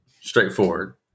straightforward